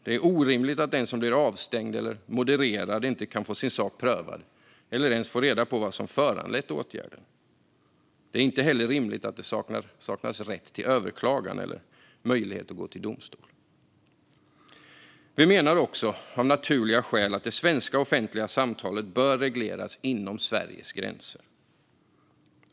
Det är orimligt att den som blir avstängd eller modererad inte kan få sin sak prövad eller ens få reda på vad som föranlett åtgärden. Det är inte heller rimligt att det saknas rätt till överklagan eller möjlighet att gå till domstol. Vi menar också, av naturliga skäl, att det svenska offentliga samtalet bör regleras inom Sveriges gränser.